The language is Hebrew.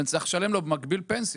ונצטרך לשלם לו במקביל פנסיה.